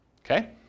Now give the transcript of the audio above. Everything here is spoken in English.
Okay